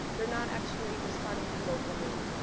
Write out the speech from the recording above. they're not actually responding to local need.